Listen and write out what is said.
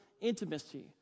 intimacy